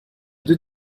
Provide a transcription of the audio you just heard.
deux